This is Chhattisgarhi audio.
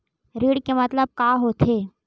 ऋण के मतलब का होथे?